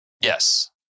Yes